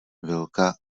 velká